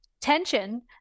tension